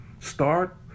Start